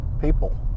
people